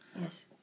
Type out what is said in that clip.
Yes